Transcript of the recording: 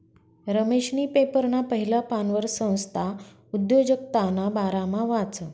रमेशनी पेपरना पहिला पानवर संस्था उद्योजकताना बारामा वाचं